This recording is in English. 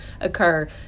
occur